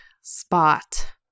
spot